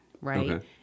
right